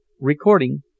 Recording